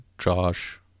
Josh